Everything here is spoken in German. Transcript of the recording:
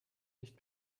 nicht